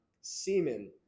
semen